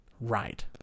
right